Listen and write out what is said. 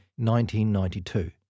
1992